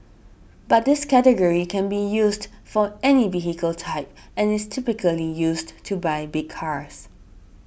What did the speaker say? but this category can be used for any vehicle type and is typically used to buy big cars